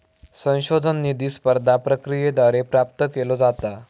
संशोधन निधी स्पर्धा प्रक्रियेद्वारे प्राप्त केलो जाता